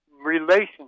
relationship